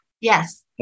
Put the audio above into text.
Yes